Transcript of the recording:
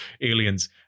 aliens